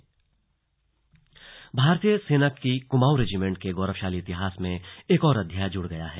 slug Kumaon regiment भारतीय सेना की कुमाऊं रेजीमेंट के गौरवशाली इतिहास में एक और अध्याय जुड़ गया है